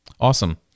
awesome